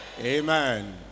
Amen